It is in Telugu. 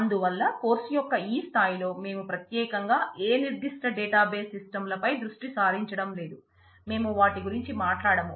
అందువల్ల కోర్సు యొక్క ఈ స్థాయిలో మేము ప్రత్యేకంగా ఏ నిర్దిష్ట డేటాబేస్ సిస్టమ్లపై దృష్టి సారించడం లేదు మేము వాటి గురించి మాట్లాడము